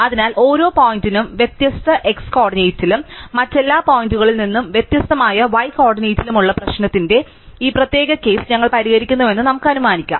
അതിനാൽ ഓരോ പോയിന്റും വ്യത്യസ്ത x കോർഡിനേറ്റിലും മറ്റെല്ലാ പോയിന്റുകളിൽ നിന്നും വ്യത്യസ്തമായ y കോർഡിനേറ്റിലുമുള്ള പ്രശ്നത്തിന്റെ ഈ പ്രത്യേക കേസ് ഞങ്ങൾ പരിഹരിക്കുന്നുവെന്ന് നമുക്ക് അനുമാനിക്കാം